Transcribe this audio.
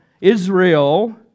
Israel